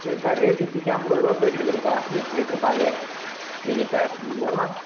சரிப்பா ரேட்டு இப்போத்திக்கி ஐம்பது ரூபா போய்கிட்டு இருக்குதுப்பா ஒரு லிட்ரு பால் நீங்கள் இப்போ ஒன்றா